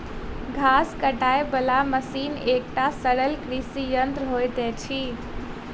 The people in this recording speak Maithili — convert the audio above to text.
घास काटय बला मशीन एकटा सरल कृषि यंत्र होइत अछि